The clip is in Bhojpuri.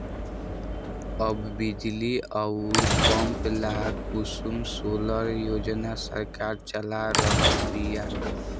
अब बिजली अउर पंप ला कुसुम सोलर योजना सरकार चला रहल बिया